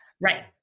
Right